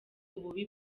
ububi